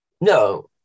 No